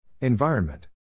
Environment